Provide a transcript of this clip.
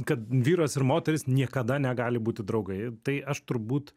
kad vyras ir moteris niekada negali būti draugai tai aš turbūt